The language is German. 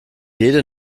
jede